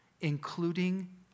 including